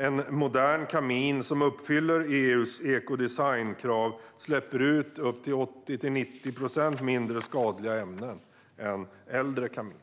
En modern kamin som uppfyller EU:s ekodesignkrav släpper ut upp till 80-90 procent mindre skadliga ämnen än äldre kaminer.